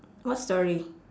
what story